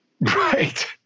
Right